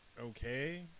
okay